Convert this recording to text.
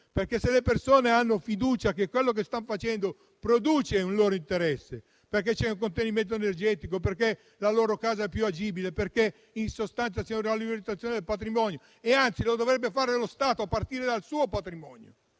affinché le persone abbiano fiducia che quello che stanno facendo produce un loro interesse, perché c'è un contenimento energetico, perché la loro casa è più agibile, perché in sostanza c'è una rivalutazione del loro patrimonio. Anzi, questa operazione dovrebbe farla lo Stato, a partire dal suo patrimonio